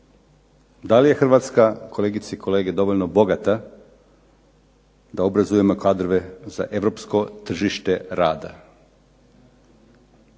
Da li je Hrvatska kolege i kolegice dovoljno bogata da obrazujemo kadrove za europsko tržište rada?